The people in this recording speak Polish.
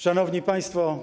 Szanowni Państwo!